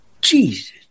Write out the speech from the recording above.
Jesus